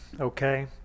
okay